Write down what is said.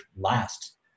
last